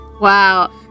wow